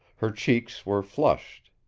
her cheeks were flushed.